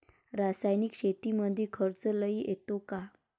रासायनिक शेतीमंदी खर्च लई येतो का?